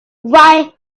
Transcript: why